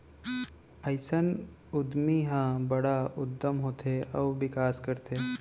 अइसन उद्यमी ह बड़का उद्यम होथे अउ बिकास करथे